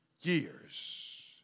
years